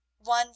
one